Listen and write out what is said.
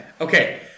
Okay